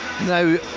now